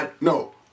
No